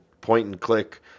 point-and-click